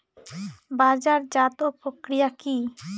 বাজারজাতও প্রক্রিয়া কি?